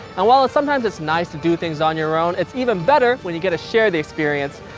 and while ah sometimes it's nice to do things on your own, it's even better when you get to share the experience.